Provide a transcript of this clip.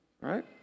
right